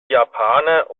japaner